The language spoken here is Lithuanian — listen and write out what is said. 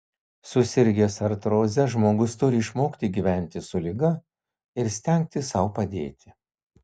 susirgęs artroze žmogus turi išmokti gyventi su liga ir stengtis sau padėti